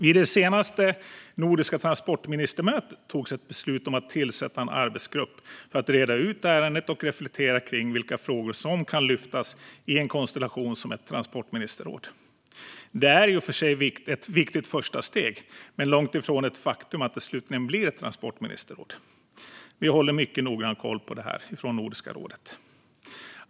Vid det senaste nordiska transportministermötet togs ett beslut om att tillsätta en arbetsgrupp för att reda ut ärendet och reflektera kring vilka frågor som kan lyftas i en konstellation som ett transportministerråd. Detta är i och för sig ett viktigt första steg, men det är långt ifrån ett faktum att det slutligen blir ett transportministerråd. Vi håller mycket noggrann koll på det här från Nordiska rådet.